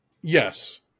yes